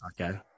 Okay